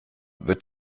wird